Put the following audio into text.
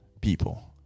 people